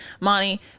Monty